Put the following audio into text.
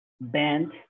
band